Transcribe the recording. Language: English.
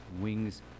wings